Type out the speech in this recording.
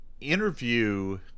interview